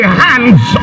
hands